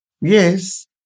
Yes